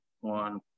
one